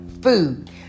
food